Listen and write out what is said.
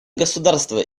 государства